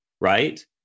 right